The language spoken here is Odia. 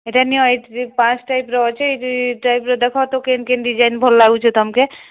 ଏଟା ନିଅ ଏଇଟି ପାଞ୍ଚ ଟାଇପ୍ର ଅଛି ଏଇ ଯେ ଟାଇପ୍ର ଦେଖ ତ କେନ୍ କେନ୍ ଡିଜାଇନ୍ ଭଲ୍ ଲାଗୁଛେ ତମ୍କେ